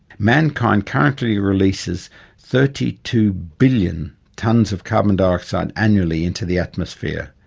mankind currently releases thirty two billion tonnes of carbon dioxide annually into the atmosphere,